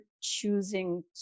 choosing